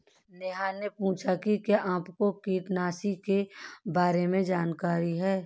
नेहा ने पूछा कि क्या आपको कीटनाशी के बारे में जानकारी है?